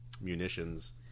munitions